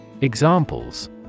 Examples